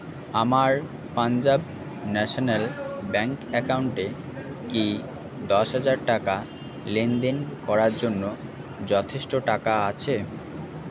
আমার Punjab national bank অ্যাকাউন্টে কি দশ হাজার টাকা লেনদেন করার জন্য যথেষ্ট টাকা আছে